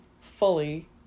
fully